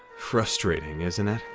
frustrating, isn't it?